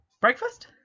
Breakfast